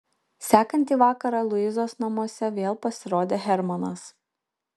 sekantį vakarą luizos namuose vėl pasirodė hermanas